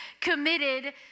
committed